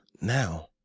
now